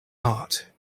heart